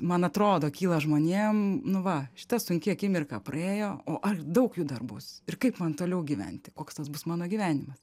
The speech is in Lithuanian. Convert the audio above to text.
man atrodo kyla žmonėm nu va šita sunki akimirka praėjo o ar daug jų dar bus ir kaip man toliau gyventi koks tas bus mano gyvenimas